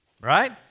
right